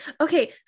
okay